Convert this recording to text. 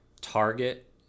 target